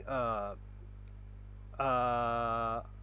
uh uh